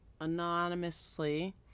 anonymously